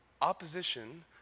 opposition